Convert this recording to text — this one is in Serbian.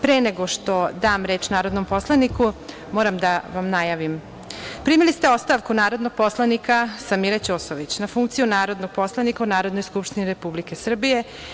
Pre nego što dam reč narodnom poslaniku, moram da vam najavim, primili ste ostavku narodnog poslanika Samire Ćosović na funkciju narodnog poslanika u Narodnoj skupštini Republike Srbije.